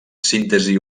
síntesi